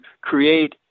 create